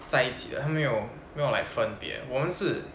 在一起的他们没有没有 like 分别我们是